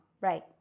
right